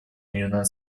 мирное